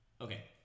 Okay